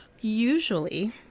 usually